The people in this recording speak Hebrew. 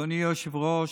אדוני היושב-ראש,